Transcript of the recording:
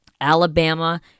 Alabama